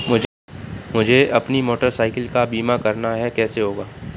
मुझे अपनी motorcycle का बीमा करना है कैसे होगा?